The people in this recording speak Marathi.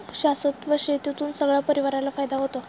शाश्वत शेतीतून सगळ्या परिवाराला फायदा होतो